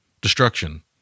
destruction